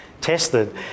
tested